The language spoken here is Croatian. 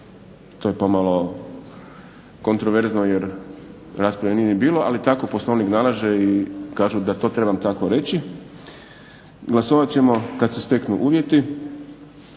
To je pomalo kontroverzno jer rasprave nije ni bilo, ali tako Poslovnik nalaže i kažu da to trebam tako reći. Glasovat ćemo kad se steknu uvjeti.